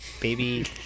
Baby